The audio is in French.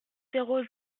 zéro